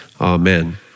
Amen